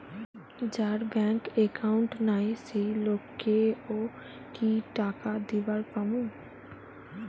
যার bank account নাই সেই লোক কে ও কি টাকা দিবার পামু?